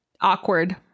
Awkward